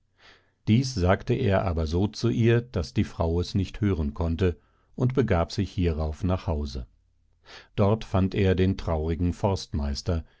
dies sagte er aber so zu ihr daß die frau es nicht hören konnte und begab sich hierauf nach hause dort fand er den traurigen forstmeister